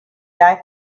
guy